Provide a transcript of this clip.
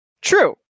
True